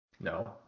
No